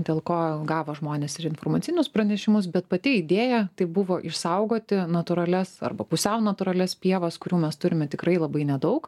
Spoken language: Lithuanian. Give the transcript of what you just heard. dėl ko gavo žmonės ir informacinius pranešimus bet pati idėja tai buvo išsaugoti natūralias arba pusiau natūralias pievas kurių mes turime tikrai labai nedaug